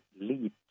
lead